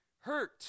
hurt